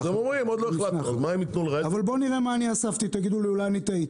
אבל נראה מה אני אספתי, ותגידו לי, אולי טעיתי.